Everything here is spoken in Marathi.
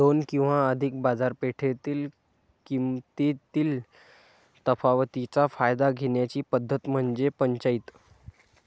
दोन किंवा अधिक बाजारपेठेतील किमतीतील तफावतीचा फायदा घेण्याची पद्धत म्हणजे पंचाईत